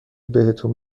بهتون